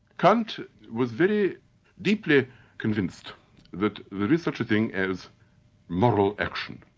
kant was very deeply convinced that there is such a thing as moral action.